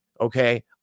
okay